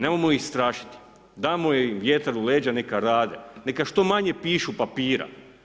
Nemojmo ih strašiti, dajmo im vjetar u leđa, neka rade, neka što manje pišu papira.